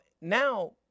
now